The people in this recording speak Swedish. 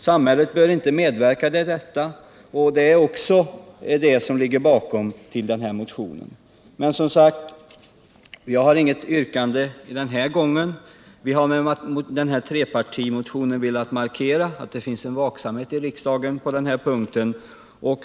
Samhället bör inte medverka till något sådant, och det är den tanken som ligger bakom vår motion. Jag har inget yrkande den här gången. Med vår trepartimotion har vi velat markera att det finns en vaksamhet i riksdagen på det här området.